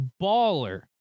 baller